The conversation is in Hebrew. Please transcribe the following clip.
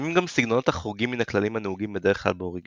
קיימים גם סגנונות החורגים מן הכללים הנהוגים בדרך כלל באוריגמי.